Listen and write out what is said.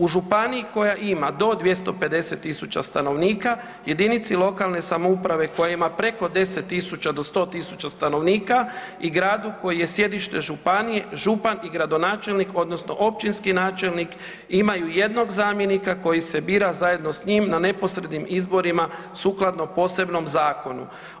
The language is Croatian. U županiji koja ima do 250.000 stanovnika, jedinici lokalne samouprave koja ima preko 10 000 do 100 000 stanovnika i grad u kojem je sjedište županije župan i gradonačelnik odnosno općinski načelnik imaju jednog zamjenika koji se bira zajedno s njim na neposrednim izborima sukladno posebnom zakonu.